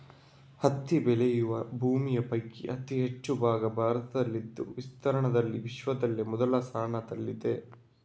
ಹತ್ತಿ ಬೆಳೆಯುವ ಭೂಮಿಯ ಪೈಕಿ ಅತಿ ಹೆಚ್ಚು ಭಾಗ ಭಾರತದಲ್ಲಿದ್ದು ವಿಸ್ತೀರ್ಣದಲ್ಲಿ ವಿಶ್ವದಲ್ಲಿ ಮೊದಲ ಸ್ಥಾನದಲ್ಲಿದೆ